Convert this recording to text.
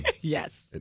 Yes